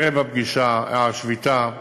ערב השביתה